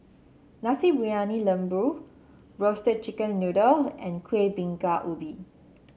Nasi Briyani Lembu Roasted Chicken Noodle and Kuih Bingka Ubi